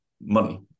money